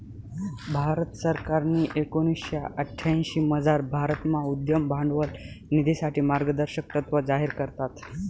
भारत सरकारनी एकोणीशे अठ्यांशीमझार भारतमा उद्यम भांडवल निधीसाठे मार्गदर्शक तत्त्व जाहीर करात